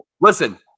Listen